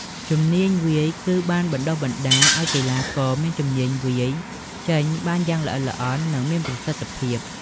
ជំនាញវាយគឺបានបណ្តុះបណ្តាលឲ្យកីឡាករមានជំនាញវាយចេញបានយ៉ាងល្អិតល្អន់ និងមានប្រសិទ្ធភាព។